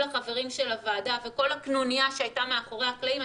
החברים של הוועדה וכל הקנוניה שהייתה מאחורי הקלעים,